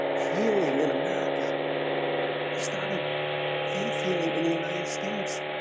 healing in america he started faith healing in the united states